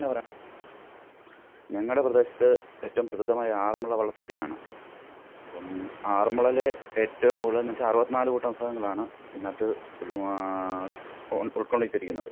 എന്നാൽ പറയട്ടെ ഞങ്ങളുടെ പ്രദേശത്ത് ഏറ്റവും പ്രസിദ്ധമായ ആറന്മുള വള്ളസദ്യ ആണ് അപ്പം ആറന്മുളയിൽ ഏറ്റവും കൂടുതലെന്ന് വച്ചാൽ അറുപത്തിനാലു കൂട്ടം വിഭവങ്ങളാണ് ഇതിനകത്ത് ഉള്ക്കൊള്ളിച്ചിരിക്കുന്നത്